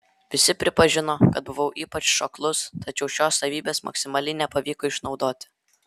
visi pripažino kad buvau ypač šoklus tačiau šios savybės maksimaliai nepavyko išnaudoti